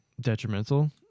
detrimental